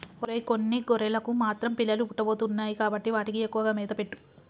ఒరై కొన్ని గొర్రెలకు మాత్రం పిల్లలు పుట్టబోతున్నాయి కాబట్టి వాటికి ఎక్కువగా మేత పెట్టు